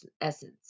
essence